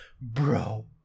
bro